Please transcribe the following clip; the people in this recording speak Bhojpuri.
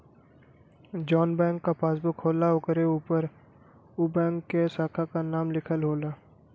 जौन बैंक क पासबुक होला ओकरे उपर उ बैंक के साखा क नाम लिखल होला